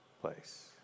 place